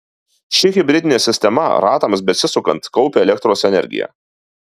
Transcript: ši hibridinė sistema ratams besisukant kaupia elektros energiją